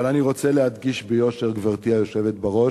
אבל אני רוצה להדגיש ביושר, גברתי היושבת בראש,